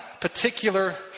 particular